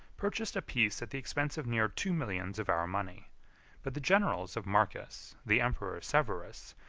purchased a peace at the expense of near two millions of our money but the generals of marcus, the emperor severus,